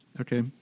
Okay